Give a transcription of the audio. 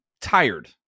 tired